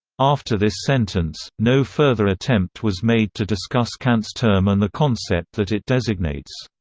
after this sentence, no further attempt was made to discuss kant's term and the concept that it designates.